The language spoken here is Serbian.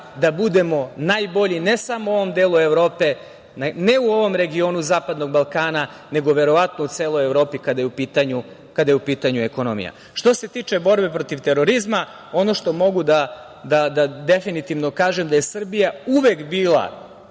da budemo najbolji ne samo u ovom delu Evrope, ne u ovom regionu Zapadnog Balkana nego verovatno i u celoj Evropi kada je u pitanju ekonomija. Što se tiče borbe protiv terorizma, ono što mogu da definitivno kažem da je Srbija uvek bila